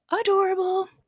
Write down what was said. adorable